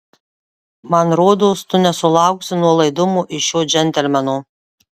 man rodos tu nesulauksi nuolaidumo iš šio džentelmeno